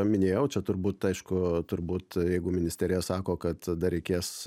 minėjau čia turbūt aišku turbūt jeigu ministerija sako kad dar reikės